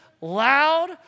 loud